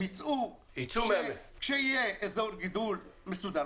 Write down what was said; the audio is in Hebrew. הם יצאו כשיהיה אזור גידול מסודר,